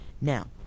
Now